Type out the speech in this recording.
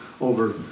over